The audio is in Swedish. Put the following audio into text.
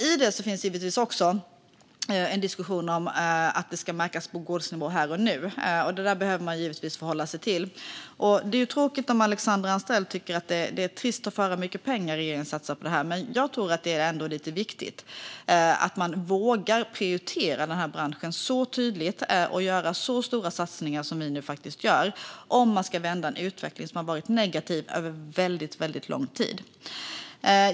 I det finns också en diskussion om att det ska märkas på gårdsnivå här och nu, och det behöver man givetvis förhålla sig till. Det är tråkigt om Alexandra Anstrell tycker att det är trist att höra hur mycket pengar regeringen satsar på det här, men jag tror att det ändå är lite viktigt att man vågar prioritera den här branschen så tydligt och göra så stora satsningar som vi nu faktiskt gör om man ska vända en utveckling som har varit negativ över väldigt lång tid.